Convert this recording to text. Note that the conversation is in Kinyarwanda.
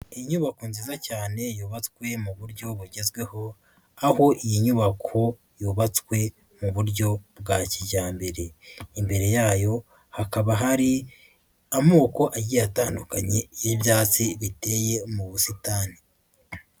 Inyubako nziza cyane yubatswe mu buryo bugezweho aho iyi nyubako yubatswe mu buryo bwa kijyambere, imbere yayo hakaba hari amoko agiye atandukanye y'ibyatsi biteye mu busitani.